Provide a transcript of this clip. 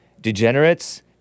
degenerates